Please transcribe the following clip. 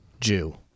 Jew